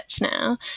now